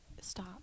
stop